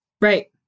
right